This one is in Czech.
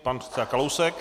Pan předseda Kalousek.